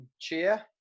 Cheer